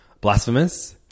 Blasphemous